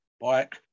bike